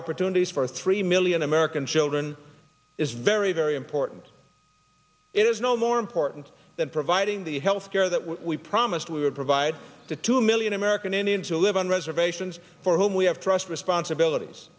opportunities for three million american children is very very important it is no more important than providing the health care that we promised we would provide the two million american indians who live on reservations for whom we have trust responsibilities